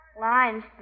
lines